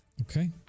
Okay